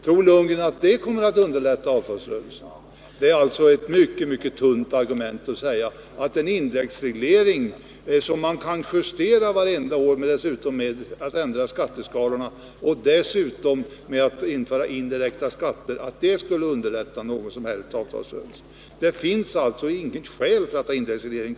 Tror Bo Lundgren att det kommer att underlätta avtalsrörelserna? Bo Lundgren har ett mycket tunt argument när han säger att en indexreglering — inflationsverkningarna kan man ju f.ö. justera varje år genom att ändra skatteskalorna — och ett införande av indirekta skatter skulle underlätta avtalsrörelsen. Nej, det finns inget skäl för att införa indexreglering.